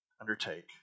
undertake